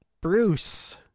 Bruce